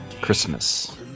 Christmas